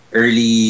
early